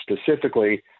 specifically